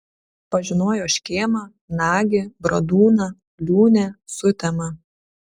pažinojo škėmą nagį bradūną liūnę sutemą